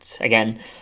again